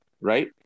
right